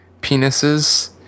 Penises